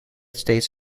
states